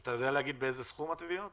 אתה יודע להגיד באיזה סכום התביעות